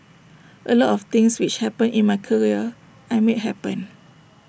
A lot of things which happened in my career I made happen